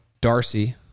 Darcy